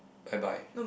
bye bye